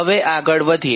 હવે આગળ વધીએ